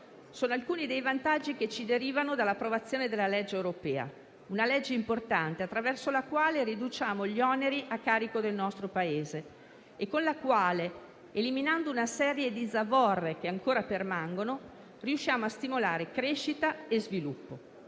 sono alcuni dei vantaggi che ci derivano dall'approvazione della legge europea, una legge importante attraverso la quale riduciamo gli oneri a carico del nostro Paese e con la quale, eliminando una serie di zavorre che ancora permangono, riusciamo a stimolare crescita e sviluppo.